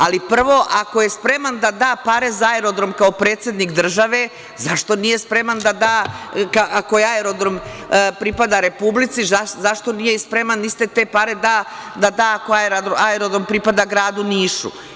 Ali, prvo ako je spreman da da pare za aerodrom, kao predsednik države, zašto ako je aerodrom pripada Republici, zašto nije i spreman da iste te pare da aerodromu koji pripada gradu Nišu?